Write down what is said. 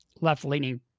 left-leaning